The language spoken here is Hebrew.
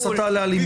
הסתה לאלימות.